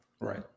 Right